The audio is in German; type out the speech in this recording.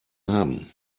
haben